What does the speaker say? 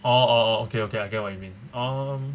orh orh orh okay okay I get what you mean um